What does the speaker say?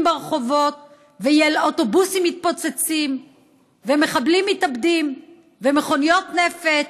ברחובות ואוטובוסים מתפוצצים ומחבלים מתאבדים ומכוניות נפץ.